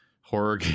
horror